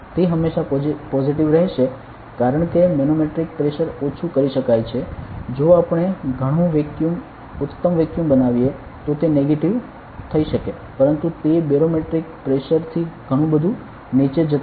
તે હંમેશાં પોઝિટિવ રહેશે કારણ કે મેનોમેટ્રિક પ્રેશર ઓછું કરી શકાય છે જો આપણે ઘણું વેક્યુમ ઉત્તમ વેક્યૂમ બનાવીએ તો તે નેગેટિવ થઈ શકે પરંતુ તે બેરોમેટ્રિક પ્રેશર થી ઘણું બધુ નીચે જતુ નથી